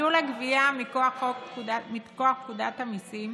ביטול הגבייה מכוח פקודת המיסים